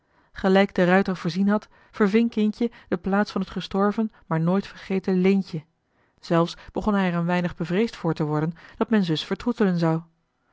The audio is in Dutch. gelijk de ruyter voorzien had verving kindje de plaats van het gestorven maar nooit vergeten leentje zelfs begon hij er een weinig bevreesd voor te worden dat men zus vertroetelen zou